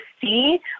see